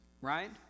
Right